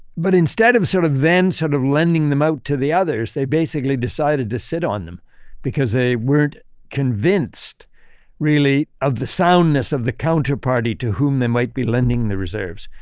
but instead of sort of then sort of lending them out to the others, they basically decided to sit on them because they weren't convinced really of the soundness of the counter party to whom they might be lending the reserves.